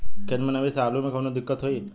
खेत मे नमी स आलू मे कऊनो दिक्कत होई?